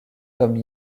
comme